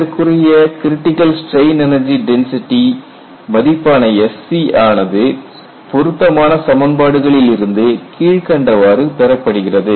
இதற்குரிய critical strain energy density மதிப்பான Sc ஆனது பொருத்தமான சமன்பாடுகளில் இருந்து கீழ்க்கண்டவாறு பெறப்படுகிறது